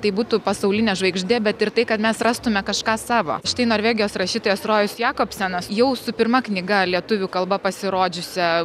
tai būtų pasaulinė žvaigždė bet ir tai kad mes rastume kažką savo štai norvegijos rašytojas rojus jakobsenas jau su pirma knyga lietuvių kalba pasirodžiusia